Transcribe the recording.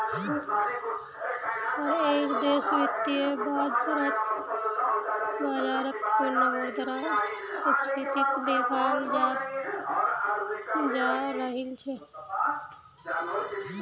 हर एक देशत वित्तीय बाजारत पुनः मुद्रा स्फीतीक देखाल जातअ राहिल छे